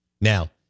Now